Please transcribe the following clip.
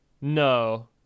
No